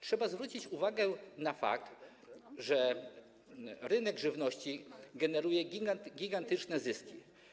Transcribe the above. Trzeba zwrócić uwagę na fakt, że rynek żywności generuje gigantyczne zyski.